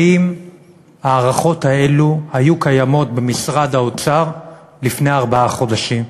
האם ההערכות האלה היו קיימות במשרד האוצר לפני ארבעה חודשים?